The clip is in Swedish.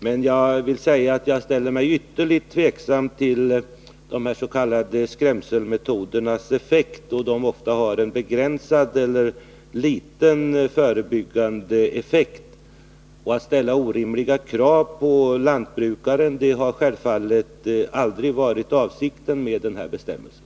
Men jag vill säga att jag ställer mig ytterligt tveksam till de s.k. skrämselmetoderna, eftersom de ofta har en begränsad eller liten förebyggande effekt. Att ställa orimliga krav på den enskilde lantbrukaren har självfallet aldrig varit avsikten med den här bestämmelsen.